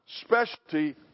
specialty